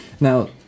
Now